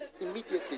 immediately